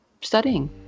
studying